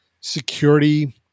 security